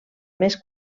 més